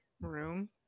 room